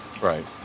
Right